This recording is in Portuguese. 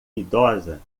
idosa